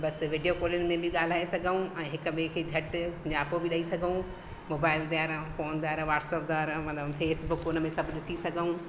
बसि video call में बि ॻाल्हाए सघूं ऐं हिकु ॿिए खे झटि न्यापो बि ॾेई सघूं मोबाइल द्वारा फोन द्वारा वॉट्सअप द्वारा माना फेसबुक उन में सभु ॾिसी सघूं